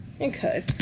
okay